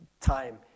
time